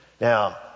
Now